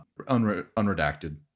unredacted